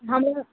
हमरा